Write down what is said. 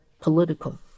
political